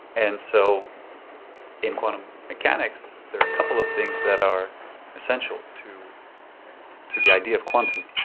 and so in quantum mechanics, there are a couple of things that are essential to to the idea of quantum.